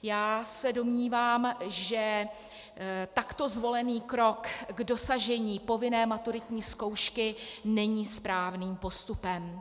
Já se domnívám, že takto zvolený krok k dosažení povinné maturitní zkoušky není správným postupem.